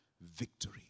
victory